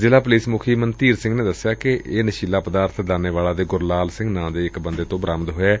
ਜ਼ਿਲ੍ਹਾ ਪੁਲਿਸ ਮੁਖੀ ਮਨਸੀਰ ਸਿੰਘ ਨੇ ਦਸਿਆ ਕਿ ਇਹ ਨਸ਼ੀਲਾ ਪਦਾਰਬ ਦਾਨੇਵਾਲਾ ਦੇ ਗੁਰਲਾਲ ਸਿੰਘ ਤੋਂ ਬਰਾਮਦ ਹੋਇਆ